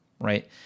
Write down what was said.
right